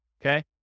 Okay